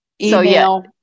email